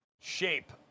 shape